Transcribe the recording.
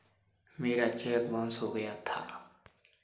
मेरा cheque bounce हो गया था